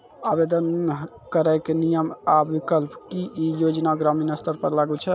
आवेदन करैक नियम आ विकल्प? की ई योजना ग्रामीण स्तर पर लागू छै?